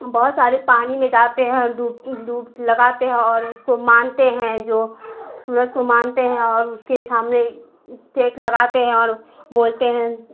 بہت سارے پانی میں جاتے ہیں ڈوب ڈوب لگاتے ہیں اور اس کو مانتے ہیں جو سورج کو مانتے ہیں اور اس کے سامنے ٹیک لگاتے ہیں اور بولتے ہیں